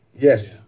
Yes